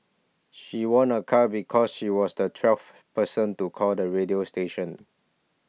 she won a car because she was the twelfth person to call the radio station